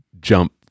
jump